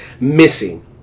missing